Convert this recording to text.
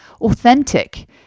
authentic